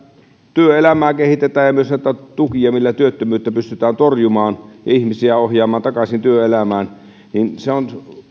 työelämää kehitetään ja myös näitä tukia millä työttömyyttä pystytään torjumaan ja ihmisiä ohjaamaan takaisin työelämään niin se on